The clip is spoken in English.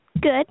Good